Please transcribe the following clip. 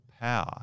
power